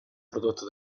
prodotto